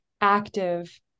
active